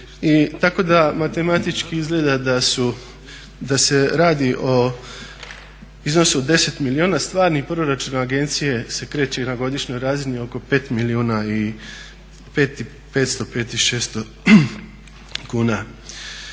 tako da matematički izgleda da se radi o iznosu od 10 milijuna stvarnih proračuna agencije se kreće na godišnjoj razini oko 5 milijuna i 505 i 600 kuna.